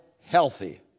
healthy